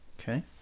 Okay